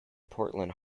portland